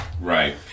Right